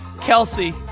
Kelsey